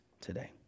today